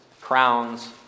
crowns